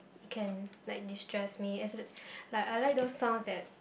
it can like distress me like I like those songs that